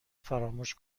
فراموش